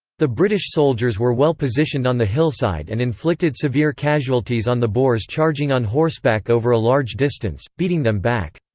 the british soldiers were well positioned on the hillside and inflicted severe casualties on the boers charging on horseback over a large distance, beating them back.